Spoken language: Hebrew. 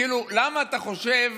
כאילו, למה אתה חושב